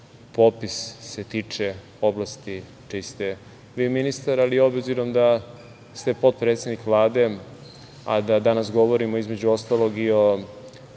Popis, se tiče oblasti čiji ste vi ministar, ali obzirom da ste potpredsednik Vlade, a da danas govorimo, između ostalog, i o